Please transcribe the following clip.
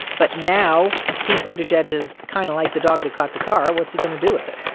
but now pete buttigieg is kind of like the dog that caught the car. what's he going to do with it?